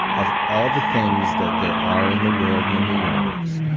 of all the things that there are in the world and in the universe,